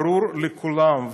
ברור לכולם,